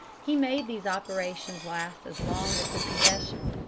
he made these operations last as long as his confession.